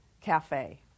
cafe